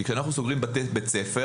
כי כשאנחנו סוגרים בית ספר,